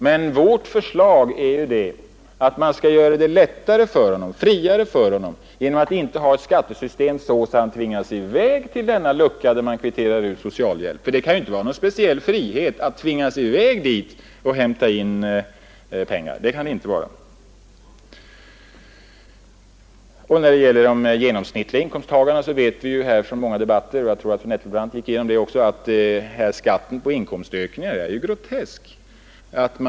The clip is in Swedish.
Men vårt förslag är att man skall göra det lättare och friare för honom genom att inte ha ett sådant skattesystem att han tvingas i väg till denna lucka där han kan kvittera ut socialhjälp. Det kan inte vara någon speciell frihet att tvingas i väg dit för att hämta pengar. När det gäller de genomsnittliga inkomsttagarna vet vi från många debatter — jag tror att fru Nettelbrandt just före mig har tagit upp det också — att skatten på inkomstökningar är grotesk.